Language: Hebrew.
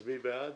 אז מי בעד?